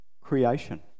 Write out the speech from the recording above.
creation